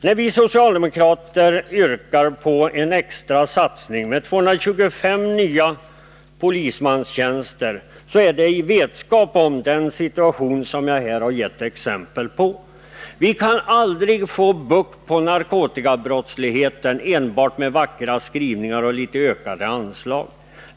När vi socialdemokrater yrkade på en extra satsning med 225 nya polistjänster var det i vetskap om den situation jag här har beskrivit genom de exempel jag givit. Vi kan aldrig få bukt med narkotikabrottsligheten enbart med vackra skrivningar och litet ökade anslag.